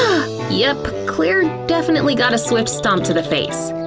yep, claire definitely got a swift stomp to the face.